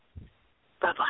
Bye-bye